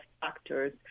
factors